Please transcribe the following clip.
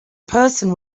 person